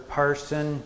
person